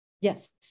Yes